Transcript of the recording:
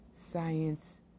science